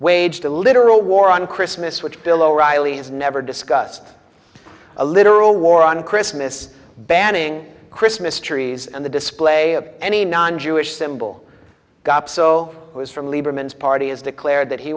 a literal war on christmas which bill o'reilly has never discussed a literal war on christmas banning christmas trees and the display of any non jewish symbol gop so who is from lieberman's party has declared that he